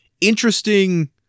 interesting